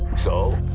so.